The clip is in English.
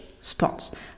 Spots